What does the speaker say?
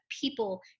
people